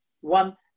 One